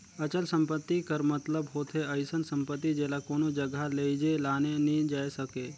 अचल संपत्ति कर मतलब होथे अइसन सम्पति जेला कोनो जगहा लेइजे लाने नी जाए सके